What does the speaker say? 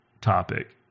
topic